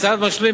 כצעד משלים,